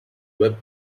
web